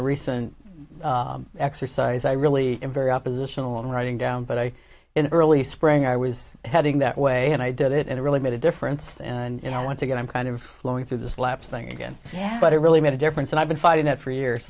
a recent exercise i really am very oppositional and writing down but i in early spring i was heading that way and i did it and it really made a difference and you know once again i'm kind of flowing through the slaps thing again but it really made a difference and i've been fighting it for years